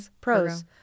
Pros